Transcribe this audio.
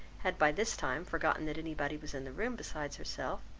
had by this time forgotten that any body was in the room besides herself,